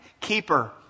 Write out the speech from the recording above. keeper